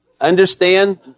Understand